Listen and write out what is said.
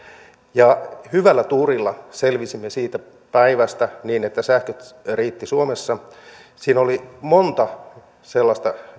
ja hyvällä tuurilla selvisimme siitä päivästä niin että sähköt riittivät suomessa siinä oli monta sellaista